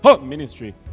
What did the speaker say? ministry